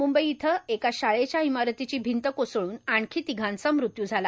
मंबई इथं एका शाळेच्या इमारतीची भिंत कोसळून आणखी तिघांचा मृत्यू झाला